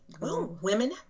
Women